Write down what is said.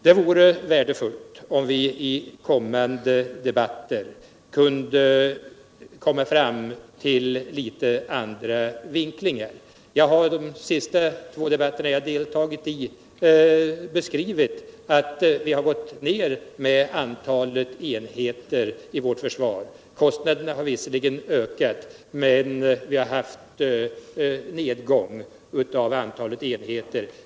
Det vore värdefullt om vi i kommande debatter kunde komma fram till andra vinklingar. I de senaste två debatter vi haft i denna fråga har jag anfört att vi har minskat antalet enheter i vårt försvar. Kostnaderna har visserligen ökat, men vi har haft en nedgång av antalet enheter.